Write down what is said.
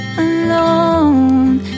alone